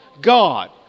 God